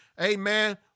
amen